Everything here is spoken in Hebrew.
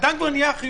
אדם אובחן כחיובי.